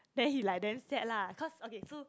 then like damn sad lah cause okay so